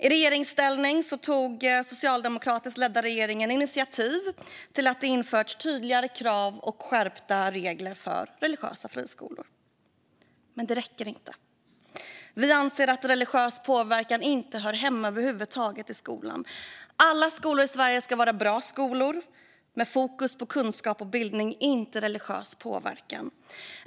I regeringsställning tog den socialdemokratiskt ledda regeringen initiativ till att införa tydligare krav och skärpta regler för religiösa friskolor. Men vi anser inte att det räcker. Vi anser att religiös påverkan inte hör hemma i skolan över huvud taget. Alla skolor i Sverige ska vara bra skolor med fokus på kunskap och bildning - inte religiös påverkan.